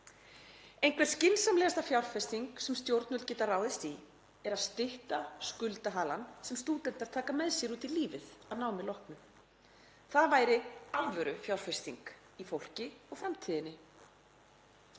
Einhver skynsamlegasta fjárfesting sem stjórnvöld geta ráðist í er að stytta skuldahalann sem stúdentar taka með sér út í lífið að námi loknu. Það væri alvörufjárfesting í fólki og framtíðinni.